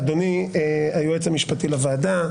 אדוני היועץ המשפטי לוועדה,